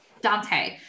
Dante